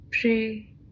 pray